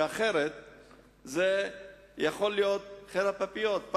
כי אחרת היא יכולה להיות חרב פיפיות,